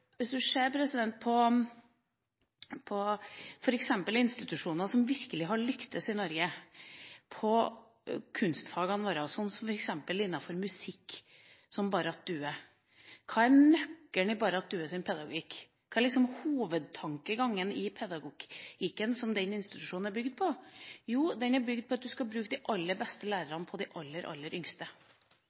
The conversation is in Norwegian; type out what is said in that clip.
ser f.eks. på institusjoner som virkelig har lykkes i Norge, på kunstfagene våre, som f.eks. innenfor musikk, som Barratt Due, hva er nøkkelen i Barratt Dues pedagogikk? Hva er hovedtankegangen i pedagogikken som den institusjonen er bygd på? Jo, den er bygd på at du skal bruke de aller beste lærerne på de aller, aller yngste.